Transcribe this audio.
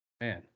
Man